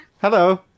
hello